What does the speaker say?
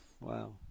Wow